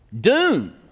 doom